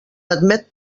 admet